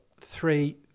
three